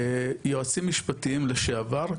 יועצים משפטיים לשעבר,